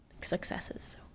successes